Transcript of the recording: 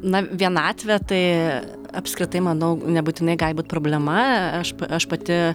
na vienatvė tai apskritai manau nebūtinai gali būt problema aš p aš pati